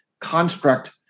construct